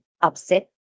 upset